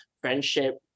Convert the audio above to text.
friendship